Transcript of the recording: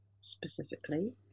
specifically